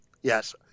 Yes